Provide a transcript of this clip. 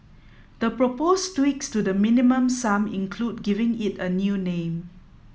the proposed tweaks to the Minimum Sum include giving it a new name